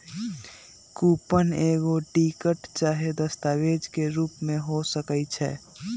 coupon एगो ticket चाहे दस्तावेज के रूप में हो सकइ छै